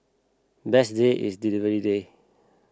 best day is delivery day